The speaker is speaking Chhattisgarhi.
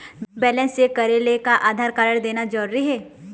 बैलेंस चेक करेले का आधार कारड देना जरूरी हे?